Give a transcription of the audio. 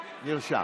נרשם.